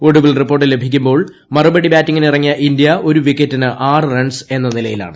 ഒടുവിൽ റിപ്പോർട്ട് ലഭിക്കുമ്പോൾ ് മറുപടി ബാറ്റിംഗിനിറങ്ങിയ ഇന്ത്യ ഒരു വിക്കറ്റിന് ആറ് റൺസ് എന്ന നിലയിലാണ്